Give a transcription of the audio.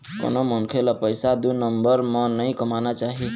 कोनो मनखे ल पइसा दू नंबर म नइ कमाना चाही